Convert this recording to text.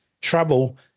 trouble